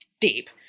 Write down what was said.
deep